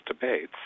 debates